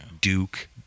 Duke